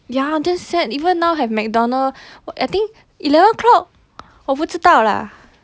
ya damn sad even now have mcdonald I think eleven o'clock 我不知道 lah